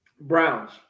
Browns